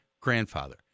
grandfather